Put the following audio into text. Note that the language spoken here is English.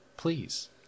Please